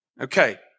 Okay